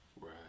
Right